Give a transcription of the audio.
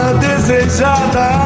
desejada